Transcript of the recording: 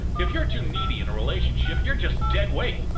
if you're too needy in a relationship you're just dead weight.